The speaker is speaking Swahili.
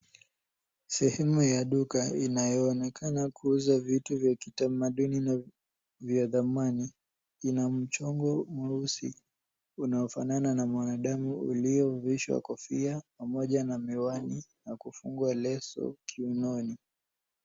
Sehemu ya duka inayoonekana kuuza vitu vya kitamaduni na vya thamani vina mchongo mweusi unaofanana na mwanadamu uliovishwa kofia pamoja na miwani na kufungwa leso kiunoni.